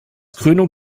krönung